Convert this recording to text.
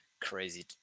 Crazy